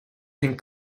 and